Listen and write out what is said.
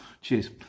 Cheers